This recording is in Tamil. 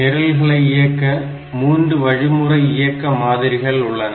நிரல்களை இயக்க 3 வழிமுறை இயக்க மாதிரிகள் உள்ளன